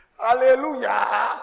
Hallelujah